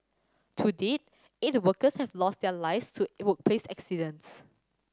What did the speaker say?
to date eight workers have lost their lives to workplace accidents